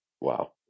Wow